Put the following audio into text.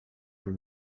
pels